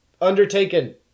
undertaken